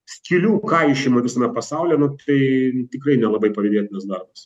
skylių kaišiojimą visame pasaulyje nu tai tikrai nelabai pavydėtinas darbas